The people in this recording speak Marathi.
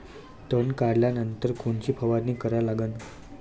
तन काढल्यानंतर कोनची फवारणी करा लागन?